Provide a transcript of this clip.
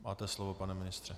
Máte slovo, pane ministře.